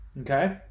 okay